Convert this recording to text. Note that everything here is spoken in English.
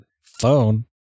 phone